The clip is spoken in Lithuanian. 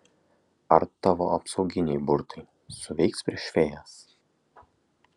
ar tavo apsauginiai burtai suveiks prieš fėjas